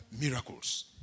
miracles